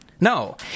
No